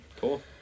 cool